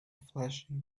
flashing